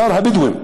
שר הבדואים,